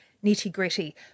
nitty-gritty